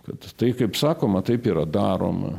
kad tai kaip sakoma taip yra daroma